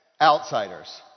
outsiders